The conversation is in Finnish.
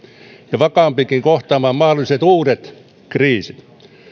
ja vakaampikin kohtaamaan mahdolliset uudet kriisit